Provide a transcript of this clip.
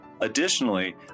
Additionally